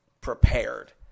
prepared